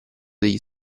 degli